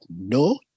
no